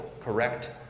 correct